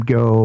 go